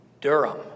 Durham